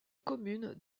commune